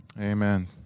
Amen